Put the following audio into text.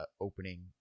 opening